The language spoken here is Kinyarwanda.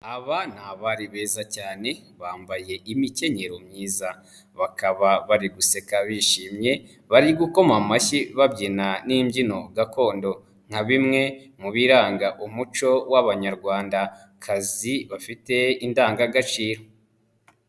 Aba ni abari beza cyane bambaye imikenyero myiza bakaba bari guseka bishimye, bari gukoma amashyi babyina n'imbyino gakondo nka bimwe mu biranga umuco w'Abanyarwandakazi bafite indangagaciro.